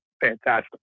fantastic